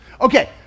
Okay